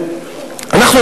אנחנו,